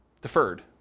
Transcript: deferred